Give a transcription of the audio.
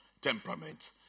temperament